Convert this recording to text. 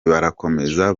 barakomeza